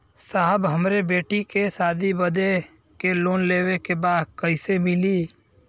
साहब हमरे बेटी के शादी बदे के लोन लेवे के बा कइसे मिलि?